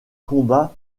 combat